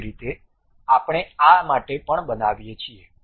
એ જ રીતે આપણે આ માટે પણ બનાવીએ છીએ